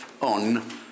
on